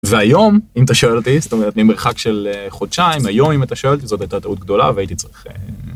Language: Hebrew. והיום אם אתה שואל אותי, זאת אומרת ממרחק של חודשיים, היום אם אתה שואל אותי, זאת הייתה טעות גדולה והייתי צריך...